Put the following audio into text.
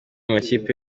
makipe